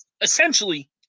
essentially